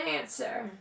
answer